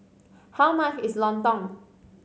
how much is lontong